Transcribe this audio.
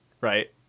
right